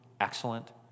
excellent